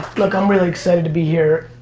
look, i'm really excited to be here.